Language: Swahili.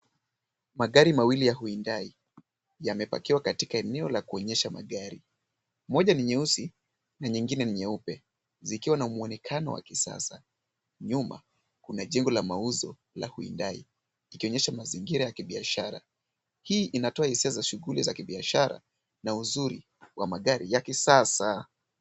Magari mawili ya Hyundai yamepakiwa katika eneo la kuonyesha magari. Moja ni nyeusi na nyingine ni nyeupe zikiwa na mwonekano wa kisasa. Nyuma kuna jengo la mauzo la Hyundai ikionyesha mazingira ya kibiashara. Hii inatoa hisia za shughuli za kibiashara na uzuri wa magari ya kisasa.